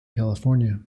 california